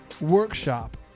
workshop